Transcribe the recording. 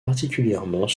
particulièrement